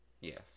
yes